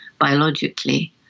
biologically